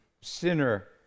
sinner